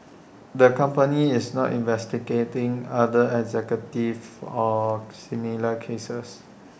the company is not investigating other executives for or similar cases